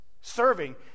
Serving